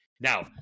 Now